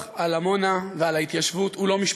על עמונה ועל ההתיישבות הוא לא משפטי.